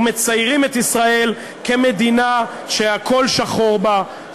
ומציירים את ישראל כמדינה שהכול שחור בה,